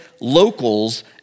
locals